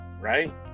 right